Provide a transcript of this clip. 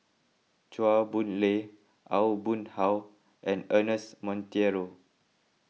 Chua Boon Lay Aw Boon Haw and Ernest Monteiro